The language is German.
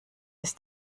ist